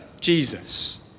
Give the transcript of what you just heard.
Jesus